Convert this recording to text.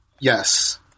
Yes